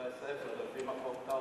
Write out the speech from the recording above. בבתי-הספר, לפי מרכז טאוב.